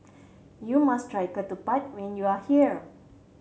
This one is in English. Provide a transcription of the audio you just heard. you must try ketupat when you are here